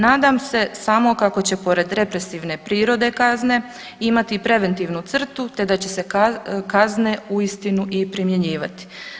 Nadam se samo kako će pored represivne prirode kazne imati i preventivnu crtu te da će se kazne uistinu i primjenjivati.